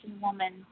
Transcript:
woman